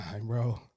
bro